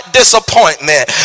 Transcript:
disappointment